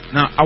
Now